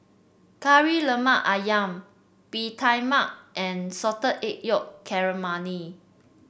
Kari Lemak ayam Bee Tai Mak and Salted Egg Yolk Calamari